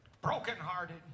brokenhearted